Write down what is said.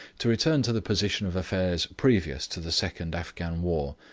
to return to the position of affairs previous to the second afghan war.